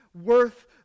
worth